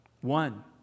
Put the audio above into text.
One